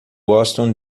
gostam